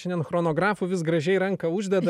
šiandien chronografu vis gražiai ranką uždeda